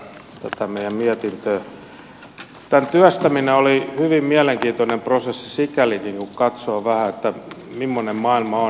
tämän työstäminen oli hyvin mielenkiintoinen prosessi sikälikin kun katsoo vähän mimmoinen maailma on